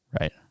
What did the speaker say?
Right